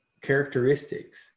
characteristics